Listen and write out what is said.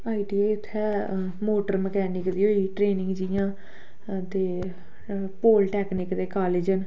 ITI उत्थै motor mechanic दी होई दी ही ट्रेनिंग जि'यां ते पोलटैक्निक दे कालेज न